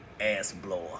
ass-blower